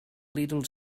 little